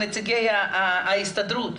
נציגי ההסתדרות.